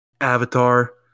Avatar